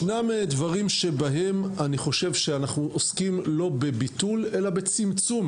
ישנם דברים שבהם אנחנו עוסקים לא בביטול אלא בצמצום